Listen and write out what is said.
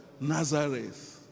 Nazareth